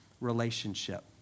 relationship